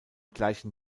gleichen